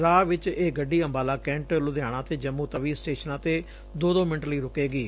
ਰਾਹ ਵਿਚ ਇਹ ਗੱਡੀ ਅੰਬਾਲਾ ਕੈਂਟ ਲੁਧਿਆਣਾ ਅਤੇ ਜੰਮੂ ਤੱਵੀ ਸਟੇਸ਼ਨਾਂ ਤੇ ਦੋ ਦੋ ਮਿੰਟ ਲਈ ਰੁਕੇਗੀ